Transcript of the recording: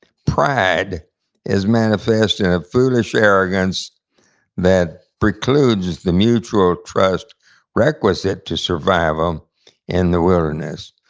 pride is manifest in a foolish arrogance that precludes the mutual trust requisite to survive um in the wilderness.